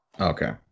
Okay